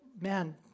man